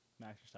Max